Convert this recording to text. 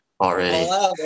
already